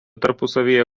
tarpusavyje